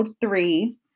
three